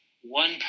one